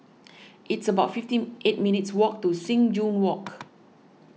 it's about fifty eight minutes' walk to Sing Joo Walk